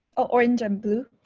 orange and blue